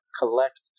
collect